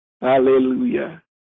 Hallelujah